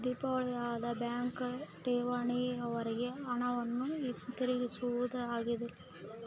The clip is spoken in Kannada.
ದಿವಾಳಿಯಾದ ಬ್ಯಾಂಕ್ ಠೇವಣಿದಾರ್ರಿಗೆ ಹಣವನ್ನು ಹಿಂತಿರುಗಿಸುವುದಿಲ್ಲ ಇದೂ ಒಂದು ನಷ್ಟವೇ